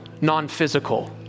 non-physical